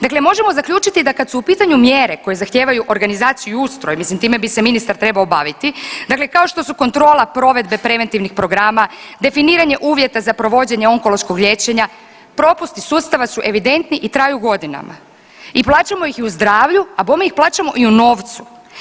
Dakle možemo zaključiti da kad su u pitanju mjere koje zahtijevaju organizaciju i ustroj, mislim time bi se ministar trebao baviti, dakle kao što su kontrola, provedbe preventivnih programa, definiranje uvjeta za provođenje onkološkog liječenja, propusti sustava su evidentni i traju godinama i plaćamo ih i u zdravlju, a bome ih plaćamo i u novcu.